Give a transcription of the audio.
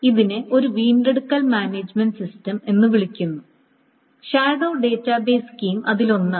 ഇതിനെ ഒരു വീണ്ടെടുക്കൽ മാനേജുമെന്റ് സിസ്റ്റം എന്ന് വിളിക്കുന്നു ഷാഡോ ഡാറ്റാബേസ് സ്കീം അതിലൊന്നാണ്